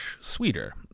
sweeter